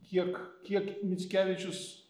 kiek kiek mickevičius